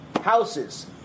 Houses